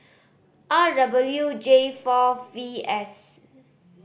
R J four V S